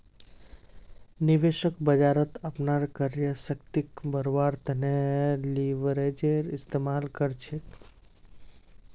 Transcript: निवेशक बाजारत अपनार क्रय शक्तिक बढ़व्वार तने लीवरेजेर इस्तमाल कर छेक